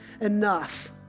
enough